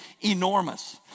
enormous